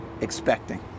expecting